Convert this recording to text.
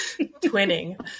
Twinning